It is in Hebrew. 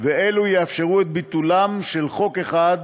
ואלו יאפשרו את ביטולם של חוק אחד